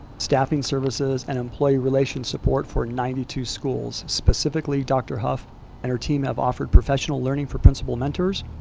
staffing services, and employee relations support for ninety two schools. specifically, dr. hough and her team have offered professional learning for principal mentors,